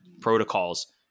protocols